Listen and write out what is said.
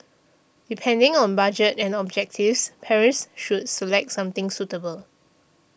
depending on budget and objectives parents should select something suitable